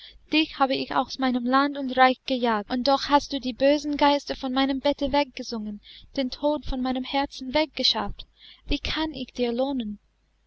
dich habe ich aus meinem lande und reich gejagt und doch hast du die bösen geister von meinem bette weggesungen den tod von meinem herzen weggeschafft wie kann ich dir lohnen